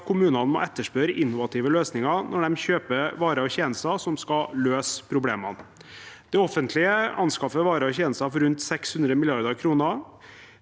kommunene må etterspørre innovative løsninger når de kjøper varer og tjenester som skal løse problemene. Det offentlige anskaffer varer og tjenester for rundt 600 mrd. kr,